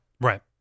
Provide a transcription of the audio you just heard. Right